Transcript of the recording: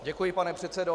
Děkuji, pane předsedo.